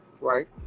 right